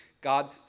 God